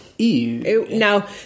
now